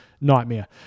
Nightmare